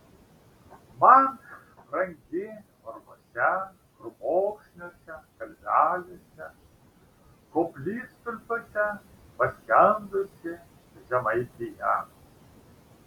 man brangi varguose krūmokšniuose kalvelėse koplytstulpiuose paskendusi žemaitija